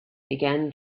began